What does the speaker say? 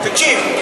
תקשיב,